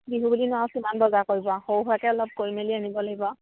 বিহু বুলিনো আৰুকিমান বজাৰ কৰিব আৰু সৰু সুৰাকৈ অলপ কৰি মেলি আনিব লাগিব আৰু